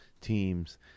teams